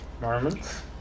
moments